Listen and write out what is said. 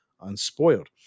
unspoiled